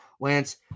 Lance